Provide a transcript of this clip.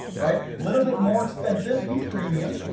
right? little bit more expensive, be premium,